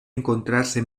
encontrarse